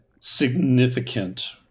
significant